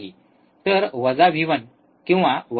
तर V1 किंवा R2R1V1